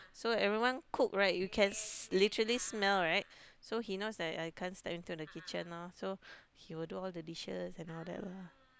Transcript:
so everyone cook right you can s~ literally smell right so he knows that I can't step into the kitchen orh so he will do all the dishes and all that lah